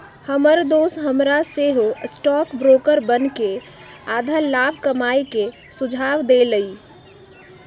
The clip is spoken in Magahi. हमर दोस हमरा सेहो स्टॉक ब्रोकर बनेके आऽ लाभ कमाय के सुझाव देलइ